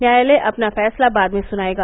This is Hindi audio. न्यायालय अपना फैसला बाद में सुनाएगा